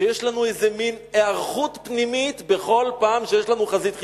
שיש לנו איזה מין היערכות פנימית בכל פעם שיש לנו חזית חיצונית.